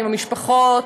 עם המשפחות,